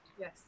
Yes